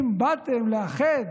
אם באתם לאחד,